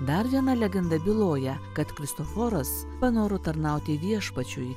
dar viena legenda byloja kad kristoforas panoro tarnauti viešpačiui